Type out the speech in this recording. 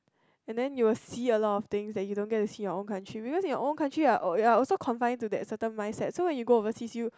and then you will see a lot of things that you don't get to see in your own country because in your own country you are you are also confine to that certain mindset so when you go overseas you